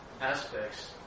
aspects